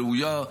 ראויה,